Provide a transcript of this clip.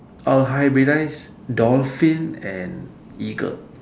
I'll hybridise dolphin and eagle